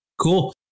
Cool